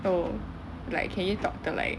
oh like can you talk to like